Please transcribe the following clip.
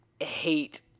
hate